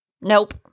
Nope